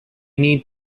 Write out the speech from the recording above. need